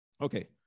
Okay